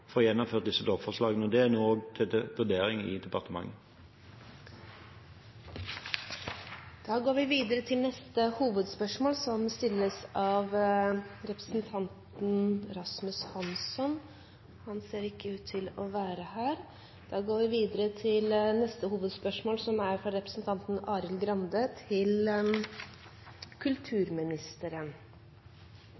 gjennomført disse lovforslagene. Det er nå til vurdering i departementet. Takk. Dette spørsmålet må utsettes til neste spørretime, da kommunal- og moderniseringsministeren er bortreist. Vi går da videre til spørsmål 3, fra representanten Rasmus Hansson til samferdselsministeren. – Hansson ser ikke ut til å være her. Da går vi videre til spørsmål 4, som er fra representanten Arild